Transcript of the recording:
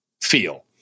feel